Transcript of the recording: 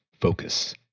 Focus